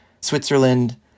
Switzerland